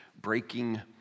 Breaking